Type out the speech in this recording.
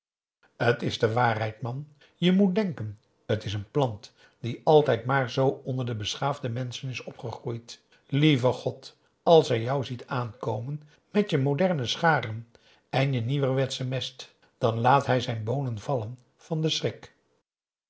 t is de waarheid man je moet denken t is een plant die altijd maar zoo onder de beschaafde menschen is opgegroeid lieve god als hij jou ziet aankomen met je moderne scharen en je nieuwerwetsche mest dan laat hij zijn boonen vallen van den schrik